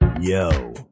Yo